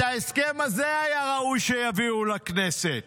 את ההסכם הזה היה ראוי שיביאו לכנסת.